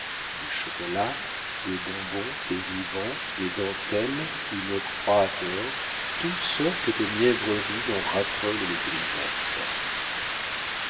du chocolat des bonbons des rubans des dentelles une croix d'or toutes sortes de mièvreries dont raffolent les grisettes